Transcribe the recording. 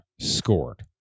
scored